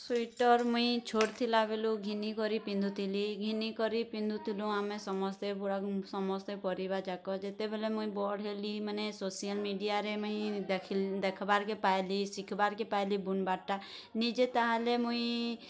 sweater ମୁଇଁ ଛୋଟ୍ ଥିଲା ବେଲୁ ଘିନିକରି ପିନ୍ଧୁଥିଲି ଘିନିକରି ପିନ୍ଧୁଥିଲୁଁ ଆମେ ସମସ୍ତେ ବୁଢ଼ା ସମସ୍ତେ ପରିବାର୍ ଯାକ ଯେତେବେଲେ ମୁଇଁ ବଡ଼୍ ହେଲି ମାନେ ସୋସିଆଲ୍ ମିଡ଼ିଆରେ ମୁଇଁ ଦେଖ୍ଲି ଦେଖ୍ବାର୍କେ ପାଏଲି ଶିଖ୍ବାର୍କେ ପାଏଲି ବୁନ୍ବାର୍ଟା ନିଜେ ତା' ହେଲେ ମୁଇଁ